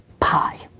pie.